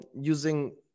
using